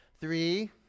three